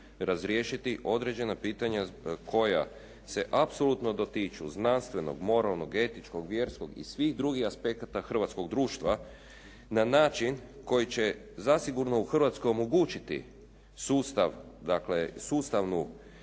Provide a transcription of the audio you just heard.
razriješiti određena pitanja koja se apsolutno dotiču znanstvenog, moralnog, etičkog, vjerskog i svih drugih aspekata hrvatskog društva na način koji će zasigurno u Hrvatskoj omogućiti sustav